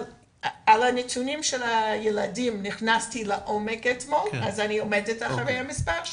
נכנסתי לעומק של הנתונים לגבי הילדים ולכן אני עומדת מאחורי המספר,